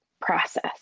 process